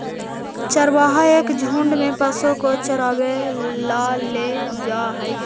चरवाहा एक झुंड में पशुओं को चरावे ला ले जा हई